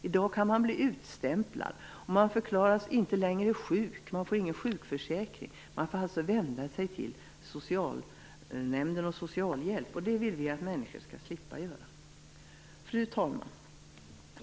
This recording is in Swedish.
I dag kan man bli utstämplad, man förklaras inte längre sjuk, man får ingen sjukförsäkring och får vända sig till socialnämnden och socialhjälp. Det vill vi att människor skall slippa att göra. Fru talman!